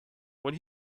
when